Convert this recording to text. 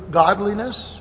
godliness